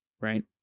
right